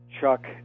Chuck